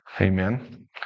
Amen